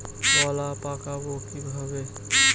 কলা পাকাবো কিভাবে?